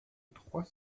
trois